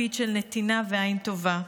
לפיד של נתינה ועין טובה.